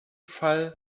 fall